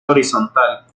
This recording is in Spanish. horizontal